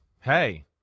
hey